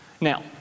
Now